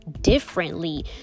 differently